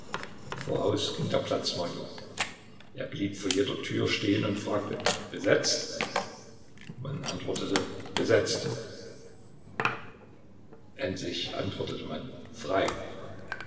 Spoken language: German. voraus ging der platz major er blieb vor jeder tür stehen und fragte besetzt man antwortete besetzt endlich antwortete man frei